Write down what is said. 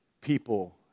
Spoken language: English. people